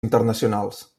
internacionals